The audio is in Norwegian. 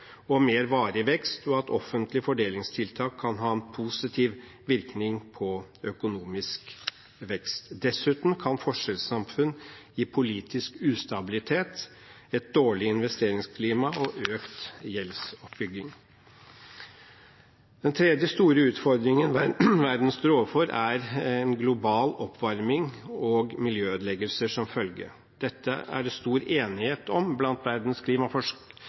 og mer varig vekst, og at offentlige fordelingstiltak kan ha en positiv virkning på økonomisk vekst. Dessuten kan forskjellssamfunn gi politisk ustabilitet, et dårlig investeringsklima og økt gjeldsoppbygging. Den tredje store utfordringen verden står overfor, er global oppvarming med miljøødeleggelser som følge. Det er stor enighet blant verdens